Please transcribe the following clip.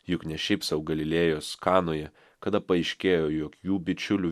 juk ne šiaip sau galilėjos kanoje kada paaiškėjo jog jų bičiulių